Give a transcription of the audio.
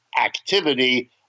activity